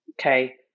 Okay